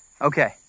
Okay